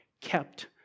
kept